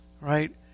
Right